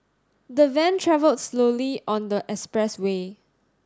the van travelled slowly on the expressway